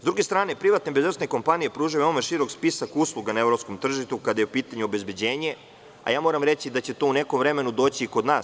S druge strane privatne bezbednosne kompanije pružaju veoma širok spisak usluga na evropskom tržištu kada je u pitanju obezbeđenje, a ja moram reći da će to u nekom vremenu doći i kod nas.